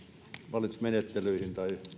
valitusmenettelyihin